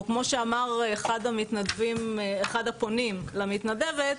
או כמו שאמר אחד הפונים למתנדבת,